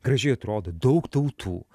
gražiai atrodo daug tautų